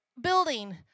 building